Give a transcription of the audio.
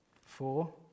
four